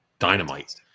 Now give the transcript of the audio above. dynamite